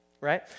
right